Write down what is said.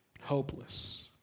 hopeless